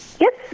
Yes